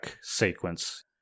sequence